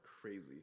crazy